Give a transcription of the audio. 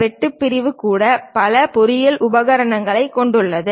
வெட்டு பிரிவு கூட பல பொறியியல் உபகரணங்களைக் கொண்டுள்ளது